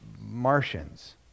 Martians